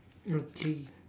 okay